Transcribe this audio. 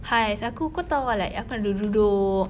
!hais! aku kau tahu ah like aku nak duduk-duduk